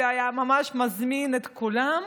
אלא היה ממש מזמין את כולם,